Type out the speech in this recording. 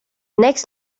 next